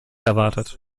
erwartet